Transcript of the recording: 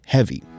Heavy